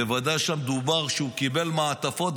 בוודאי כשמדובר שהוא קיבל מעטפות,